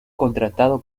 contratado